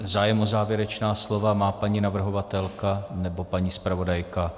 Zájem o závěrečná slova má paní navrhovatelka nebo paní zpravodajka?